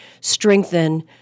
strengthen